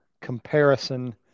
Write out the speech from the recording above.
comparison